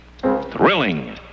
thrilling